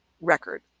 record